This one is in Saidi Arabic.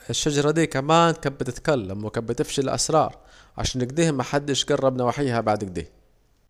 الشجرة ديه كمان كات بتتكلم وكات بتفشي الأسرار، عشان اكده محدش كان بتجرب نواحيها بعد اكده